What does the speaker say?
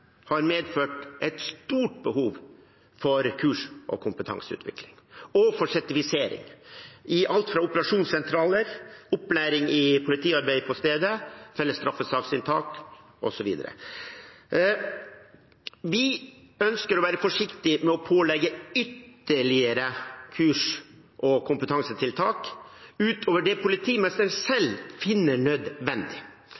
har medført et stort behov for kurs og kompetanseutvikling og for sertifisering i alt fra operasjonssentraler og opplæring i politiarbeid på stedet til felles straffesaksinntak, osv. Vi ønsker å være forsiktige med å pålegge ytterligere kurs og kompetansetiltak utover det politimesteren